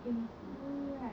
if it's me right